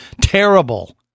terrible